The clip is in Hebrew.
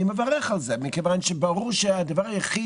אני מברך על זה כי ברור שהדבר היחיד